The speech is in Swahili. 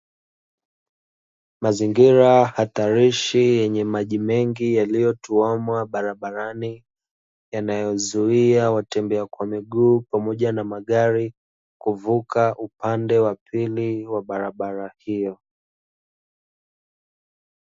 Mazingira hatarishi yenye maji mengi yaliyotuama barabarani, yanayozuia watembea kwa miguu pamoja na magari kuvuka upande wa pili wa barabara hiyo.